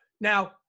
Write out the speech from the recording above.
Now